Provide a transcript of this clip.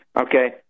okay